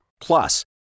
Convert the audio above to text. Plus